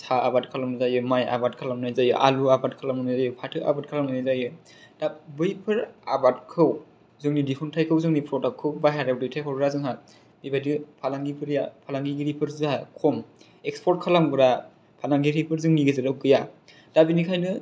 सा आबाद खालामनाय जायो माय आबाद खालामनाय जायो आलु आबाद खालामनाय जायो फाथो आबाद खालामनाय जायो दा बैफोर आबादखौ जोंनि दिहुनथाइखौ जोंनि फ्रदाक्टखौ बायह्रायाव दैथाय हरग्रा जोंहा बेबादि फालांगिफोरया फालांगिगिरिफोर जोंहा खम इक्सफरत खालामग्रा फालांगियारिफोर जोंनि गेजेराव गैया दा बेनिखायनो